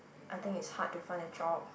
I think it's hard to find a job